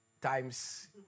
times